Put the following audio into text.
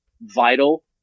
vital